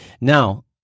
Now